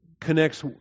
connects